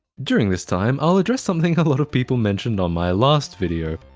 during this time i'll address something a lot of people mentioned on my last video.